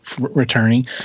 returning